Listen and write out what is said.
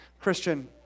Christian